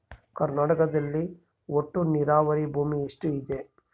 ಕರ್ನಾಟಕದಲ್ಲಿ ಒಟ್ಟು ನೇರಾವರಿ ಭೂಮಿ ಎಷ್ಟು ಇದೆ?